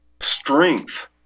strength